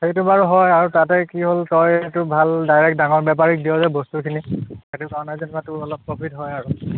সেইটো বাৰু হয় আৰু তাতে কি হ'ল তই এইটো ভাল ডাইৰেক্ট ডাঙৰ বেপাৰীক দিয় যে বস্তুখিনি সেইটো কাৰণে যেনিবা তোৰ অলপ প্ৰফিট হয় আৰু